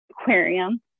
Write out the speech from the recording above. aquarium